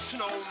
Snow